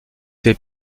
savez